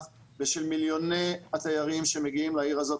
ושל מיליוני התיירים שמגיעים לעיר הזאת,